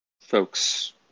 folks